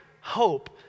hope